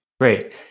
Great